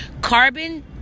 carbon